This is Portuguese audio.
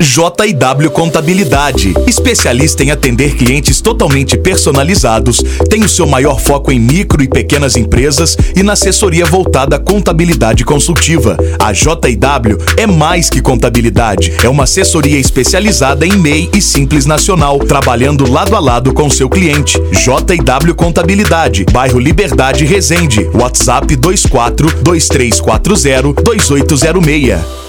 JW Contabilidade, especialista em atender clientes totalmente personalizados, tem o seu maior foco em micro e pequenas empresas e na assessoria voltada à contabilidade consultiva. A JW é mais que contabilidade, é uma assessoria especializada em MEI e Simples Nacional, trabalhando lado a lado com seu cliente. JW Contabilidade, bairro Liberdade Resende, WhatsApp 2423402806.